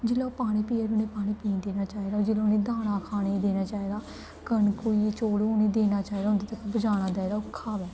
जेल्लै ओह् पानी पीया दे होंदे पानी पीन देना चाहिदा जेल्लै उ'नें गी दाना खाने गी देना चाहिदा कनक होई गेई चौल होन उ'नें गी देना चाहिदा उं'दे तक्कर पजाना चाहिदा ओह् खावै